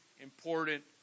important